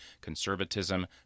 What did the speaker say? conservatism